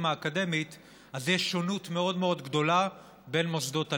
האקדמית יש שונות מאוד מאוד גדולה בין מוסדות הלימוד.